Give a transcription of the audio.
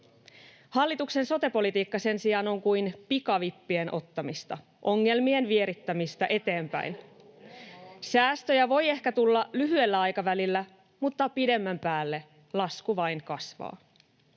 Hallituksen sote-politiikka sen sijaa on kuin pikavippien ottamista, ongelmien vierittämistä eteenpäin. Säästöjä voi ehkä tulla lyhyellä aikavälillä, mutta pidemmän päälle lasku vain kasvaa.